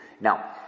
Now